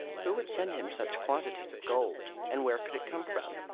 who would send him such quantities of gold, and where could it come from?